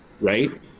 right